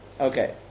Okay